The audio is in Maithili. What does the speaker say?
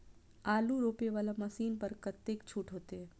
आलू रोपे वाला मशीन पर कतेक छूट होते?